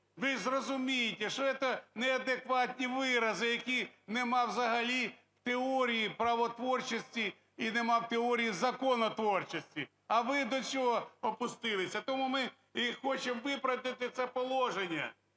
Ви зрозумійте, що це неадекватні вирази, яких немає взагалі в теорії в правотворчості і немає в теорії законотворчості. А ви до чого опустилися? Тому ми і хочемо виправити це положення